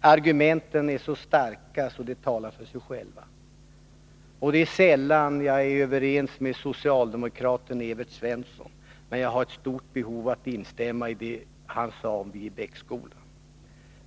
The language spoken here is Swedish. Argumenten är så starka att de talar för sig själva. Och det är sällan jag är överens med socialdemokraten Evert Svensson, men nu har jag ett stort behov av att instämma i det han sade om Viebäcksskolan.